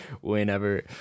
whenever